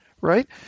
right